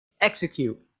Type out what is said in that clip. execute